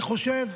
אני חושב,